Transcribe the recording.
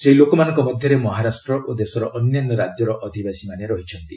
ସେହି ଲୋକମାନଙ୍କ ମଧ୍ୟରେ ମହାରାଷ୍ଟ୍ର ଓ ଦେଶର ଅନ୍ୟାନ୍ୟ ରାକ୍ୟର ଅଧିବାସୀମାନେ ରହିଛନ୍ତି